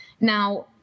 Now